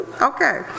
okay